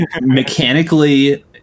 mechanically